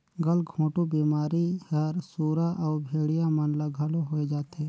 गलघोंटू बेमारी हर सुरा अउ भेड़िया मन ल घलो होय जाथे